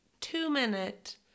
two-minute